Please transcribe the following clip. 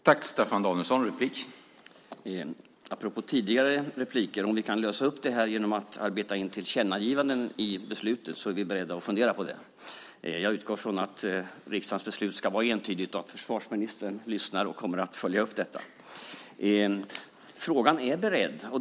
Herr talman! Apropå tidigare repliker: Om vi kan lösa upp det här genom att arbeta in tillkännagivanden i beslutet så är vi beredda på att fundera på det. Jag utgår ifrån att riksdagens beslut ska vara entydigt. Försvarsministern lyssnar och kommer att följa upp detta. Frågan är beredd.